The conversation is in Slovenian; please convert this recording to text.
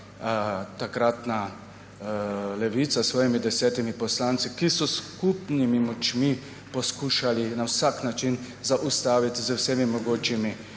takratna Levica s svojimi desetimi poslanci, ki so s skupnimi močmi poskušali na vsak način z vsemi mogočimi